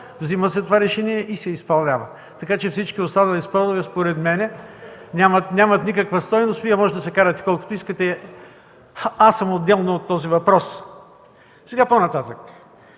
взема се това решение и се изпълнява. Така че всички останали спорове според мен нямат никаква стойност. Вие можете да се карате колкото искате, аз съм отделно от този въпрос. По-нататък,